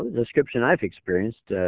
ah description i've experienced